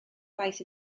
gwaith